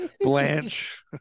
Blanche